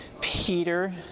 Peter